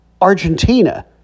Argentina